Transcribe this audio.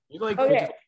Okay